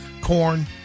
Corn